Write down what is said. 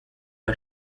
aba